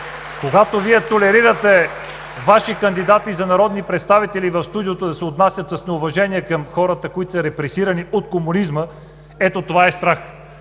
Когато Вие толерирате Ваши кандидати за народни представители в студиото да се отнасят с неуважение към хората, които са репресирани от комунизма, ето, това е страх!